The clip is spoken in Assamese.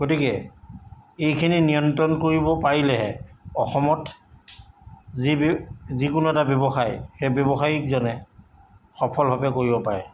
গতিকে এইখিনি নিয়ন্ত্ৰণ কৰিব পাৰিলেহে অসমত যি যিকোনো এটা ব্যৱসায় সেই ব্যৱসায়িকজনে সফলভাৱে কৰিব পাৰে